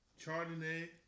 Chardonnay